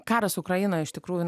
karas ukrainoj iš tikrųjų